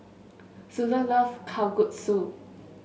Suzann love Kalguksu